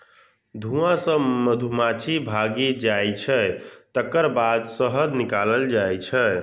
धुआं सं मधुमाछी भागि जाइ छै, तकर बाद शहद निकालल जाइ छै